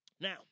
Now